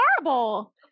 horrible